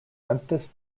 memphis